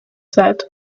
said